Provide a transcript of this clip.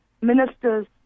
ministers